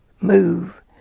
move